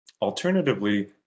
Alternatively